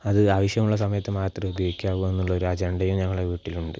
അത് ആവശ്യമുള്ള സമയത്ത് മാത്രം ഉപയോഗിക്കാവു എന്നുള്ള ഒരു അജണ്ടയും ഞങ്ങളുടെ വീട്ടിലുണ്ട്